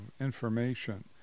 information